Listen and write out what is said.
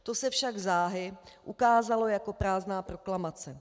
To se však záhy ukázalo jako prázdná proklamace.